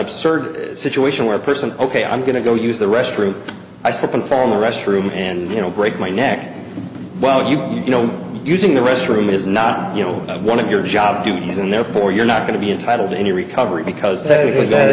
absurd situation where a person ok i'm going to go use the restroom i slip and fall in the restroom and you know break my neck well you know using the restroom is not you know one of your job duties and therefore you're not going to be entitled to any recovery because that is